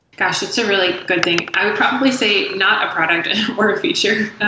gosh! it's a really good thing. i'll probably say not a product or a feature.